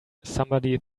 somebody